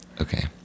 Okay